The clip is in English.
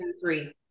three